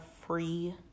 free